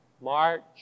March